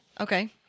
okay